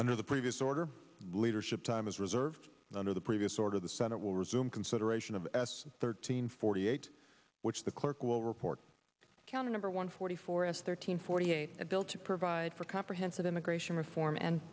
under the previous order leadership time is reserved under the previous order the senate will resume consideration of s thirteen forty eight which the clerk will report county number one forty four s thirteen forty eight a bill to provide for comprehensive immigration reform and